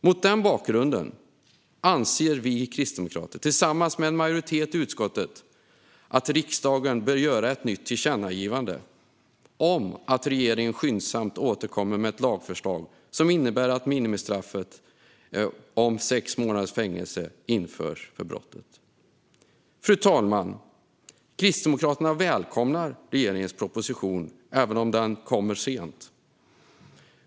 Mot den bakgrunden anser vi kristdemokrater tillsammans med en majoritet i utskottet att riksdagen bör göra ett nytt tillkännagivande om att regeringen skyndsamt ska återkomma med ett lagförslag som innebär ett införande av minimistraffet sex månaders fängelse för brottet. Fru talman! Kristdemokraterna välkomnar regeringens proposition, även om den kommer sent.